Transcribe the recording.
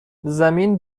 زمین